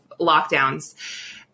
lockdowns